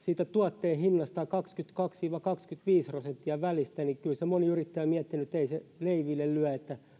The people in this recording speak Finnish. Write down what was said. siitä tuotteen hinnasta kaksikymmentäkaksi viiva kaksikymmentäviisi prosenttia välistä niin kyllä siinä moni yrittäjä on miettinyt että ei se leiville lyö että